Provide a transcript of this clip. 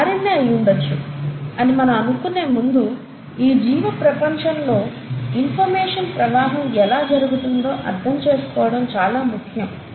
ఇది RNA అయ్యుండొచ్చు అని మనం అనుకునే ముందు ఈ జీవ ప్రపంచంలో ఇన్ఫర్మేషన్ ప్రవాహం ఎలా జరుగుతుందో అర్థం చేసుకోవటం చాలా ముఖ్యం